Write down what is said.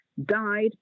died